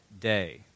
Day